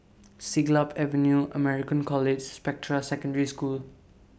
Siglap Avenue American College Spectra Secondary School